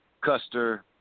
Custer